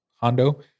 Hondo